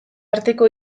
arteko